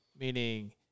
meaning